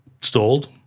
stalled